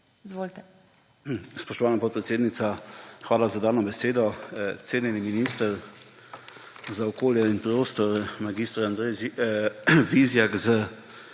SDS):** Spoštovana podpredsednica, hvala za dano besedo. Cenjeni minister za okolje in prostor mag. Andrej Vizjak s